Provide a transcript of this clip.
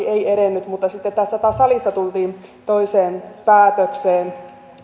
ei edennyt mutta sitten tässä salissa tultiin toiseen päätökseen